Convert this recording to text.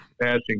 passing